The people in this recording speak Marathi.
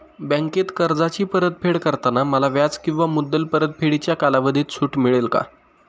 बँकेत कर्जाची परतफेड करताना मला व्याज किंवा मुद्दल परतफेडीच्या कालावधीत सूट मिळेल का?